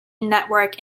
network